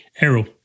Errol